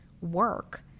work